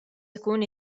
ikun